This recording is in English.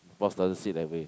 boss doesn't sit that way